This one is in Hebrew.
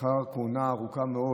לאחר כהונה ארוכה מאוד,